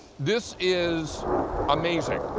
this is amazing.